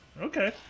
Okay